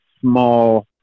small